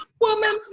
Woman